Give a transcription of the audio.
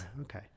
okay